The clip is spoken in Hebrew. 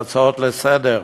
בהצעות לסדר-היום,